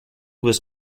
was